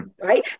Right